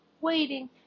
waiting